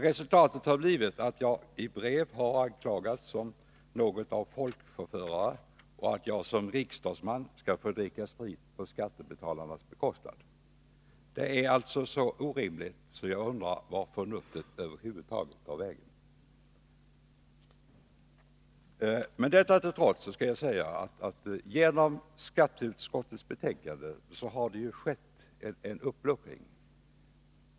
Resultatet har blivit att jag i brev har utpekats som något av folkförförare och anklagats för att som riksdagsman vilja dricka sprit på skattebetalarnas bekostnad. Det är så orimligt att jag undrar vart förnuftet har tagit vägen. Detta till trots skall jag säga att det genom skatteutskottets betänkande har skett en uppluckring.